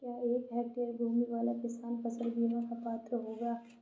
क्या एक हेक्टेयर भूमि वाला किसान फसल बीमा का पात्र होगा?